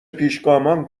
پیشگامان